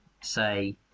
say